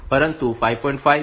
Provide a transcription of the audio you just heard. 5 6